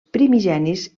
primigenis